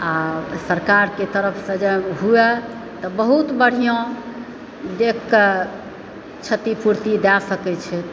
आ सरकारके तरफसँ जँ हुए तऽ बहुत बढ़िआँ देखिकऽ क्षति पुर्ति दए सकय छथि